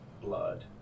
blood